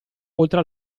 oltre